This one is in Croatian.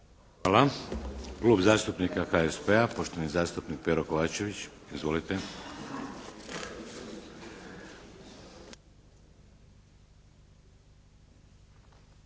Hvala. Klub zastupnika HSP-a, poštovani zastupnik Pero Kovačević. Izvolite.